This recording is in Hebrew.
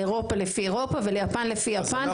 לאירופה לפי אירופה וליפן לפי יפן.